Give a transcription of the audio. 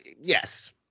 yes